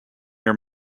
your